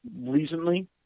recently